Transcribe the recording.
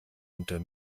unter